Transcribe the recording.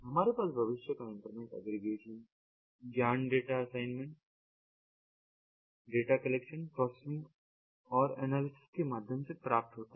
हमारे पास भविष्य का इंटरनेट एग्रीगेशन का ज्ञान data assignment data collection processing और एनालिसिस के माध्यम से प्राप्त होता है